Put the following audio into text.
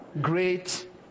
great